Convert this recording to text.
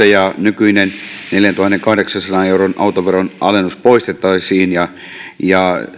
ja nykyinen neljäntuhannenkahdeksansadan euron autoveron alennus poistettaisiin ja ja